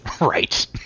Right